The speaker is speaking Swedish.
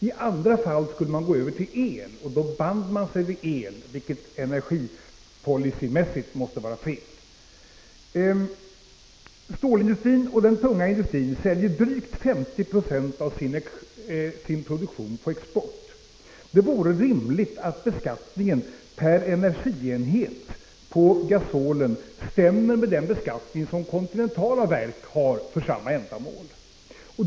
I andra fall skulle man gå över till el, och då band man sig vid el, vilket energipolicymässigt måste vara fel. Stålindustrin och den tunga industrin säljer drygt 50 96 av sin produktion på export. Det vore rimligt att beskattningen per energienhet på gasol stämmer med den beskattning som kontinentala verk har för samma ändamål.